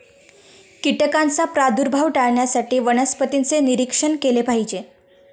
कीटकांचा प्रादुर्भाव टाळण्यासाठी वनस्पतींचे निरीक्षण केले पाहिजे